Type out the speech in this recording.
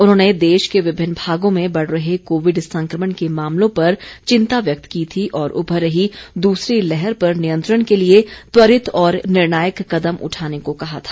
उन्होंने देश के विभिन्न भागों में बढ रहे कोविड संक्रमण के मामलों पर चिंता व्यक्त की थी और उभर रही दूसरी लहर पर नियंत्रण के लिए त्वरित और निर्णायक कदम उठाने को कहा था